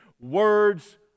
words